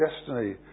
destiny